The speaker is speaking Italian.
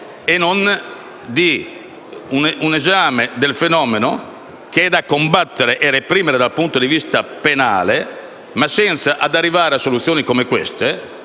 e non di un esame del fenomeno, che è da combattere e reprimere dal punto di vista penale, senza però arrivare a soluzioni come quelle